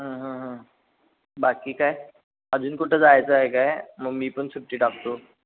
हं हं हं बाकी काय अजून कुठं जायचं आहे का मग मी पण सुट्टी टाकतो